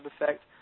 effect